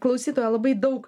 klausytojo labai daug